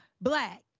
black